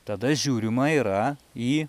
tada žiūrima yra į